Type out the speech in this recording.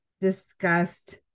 discussed